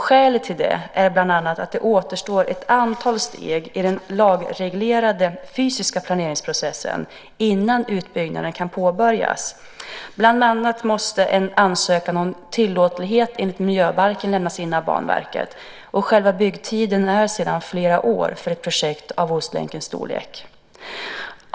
Skälet till det är bland annat att det återstår ett antal steg i den lagreglerade fysiska planeringsprocessen innan utbyggnaden kan påbörjas; bland annat måste en ansökan om tillåtlighet enligt miljöbalken lämnas in av Banverket. Själva byggtiden är flera år för ett projekt av Ostlänkens storlek.